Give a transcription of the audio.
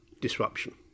disruption